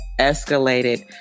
escalated